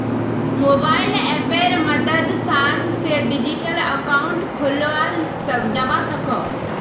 mobile अप्पेर मद्साद से डिजिटल अकाउंट खोलाल जावा सकोह